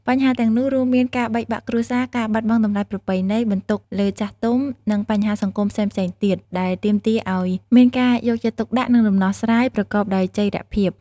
បញ្ហាទាំងនោះរួមមានការបែកបាក់គ្រួសារ ការបាត់បង់តម្លៃប្រពៃណី បន្ទុកលើចាស់ទុំ និងបញ្ហាសង្គមផ្សេងៗទៀត ដែលទាមទារឱ្យមានការយកចិត្តទុកដាក់ និងដំណោះស្រាយប្រកបដោយចីរភាព។